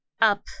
up